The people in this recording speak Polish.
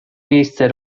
miejsce